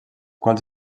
quals